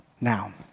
Now